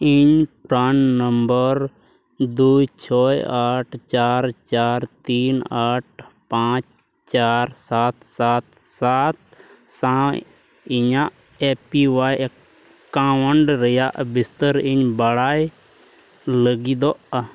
ᱤᱧ PRAN number ᱫᱩᱭ ᱪᱷᱚᱭ ᱟᱴ ᱪᱟᱨ ᱪᱟᱨ ᱛᱤᱱ ᱟᱴ ᱯᱟᱸᱪ ᱪᱟᱨ ᱥᱟᱛ ᱥᱟᱛ ᱥᱟᱛ ᱥᱟᱶ ᱤᱧᱟᱹᱜ ᱮ ᱯᱤ ᱳᱣᱟᱭ ᱮᱠᱟᱣᱩᱱᱴ ᱨᱮᱱᱟᱜ ᱵᱤᱥᱛᱟᱨ ᱤᱧ ᱵᱟᱲᱟᱭ ᱞᱟᱹᱜᱤᱫᱚᱜᱼᱟ